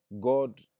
God